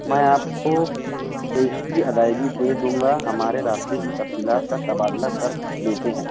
میں آپ کو پیشگی ادائیگی دے دوں گا ہمارے راستے کی تفصیلات کا تبادلہ کر لیتے ہیں